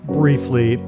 briefly